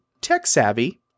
tech-savvy